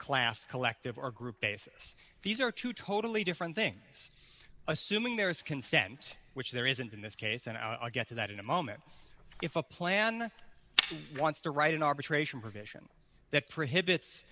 class collective or group basis these are two totally different things assuming there is consent which there isn't in this case and i'll get to that in a moment if a plan wants to write an arbitration provision that prohibits